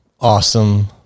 awesome